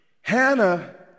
Hannah